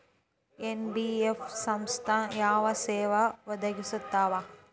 NBF ಸಂಸ್ಥಾ ಯಾವ ಸೇವಾ ಒದಗಿಸ್ತಾವ?